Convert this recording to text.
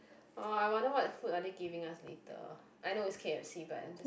oh I wonder what food are they giving us later I know it's k_f_c but I'm just